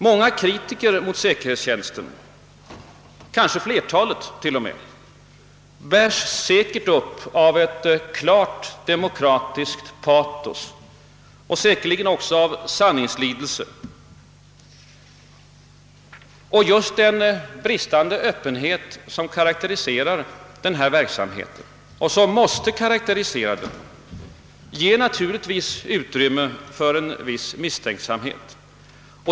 Många av säkerhetstjänstens kritiker — kanske t.o.m. flertalet — bärs utan tvivel upp av ett klart demokratiskt patos och säkerligen också av sanningslidelse. Just den bristande ÖPppenhet som karakteriserar denna verksamhet och som måste karakterisera den ger naturligtvis utrymme för en viss misstänksamhet.